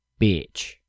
Bitch